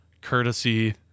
courtesy